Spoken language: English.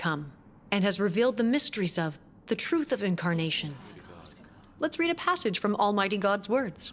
come and has revealed the mysteries of the truth of incarnation let's read a passage from almighty god's words